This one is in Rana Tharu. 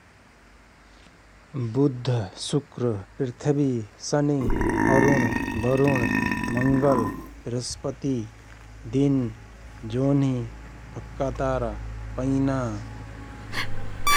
बुध, शुक्र, पृथ्वी, शनी, अरुण, बरुण, मंगल, बृहस्पति, दिन, जोनीः, भक्का, तारा, पैना ।